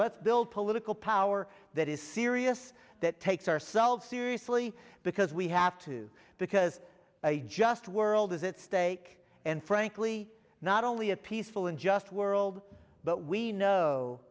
let's build political power that is serious that takes ourselves seriously because we have to because a just world is its stake and frankly not only a peaceful and just world but we know